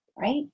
right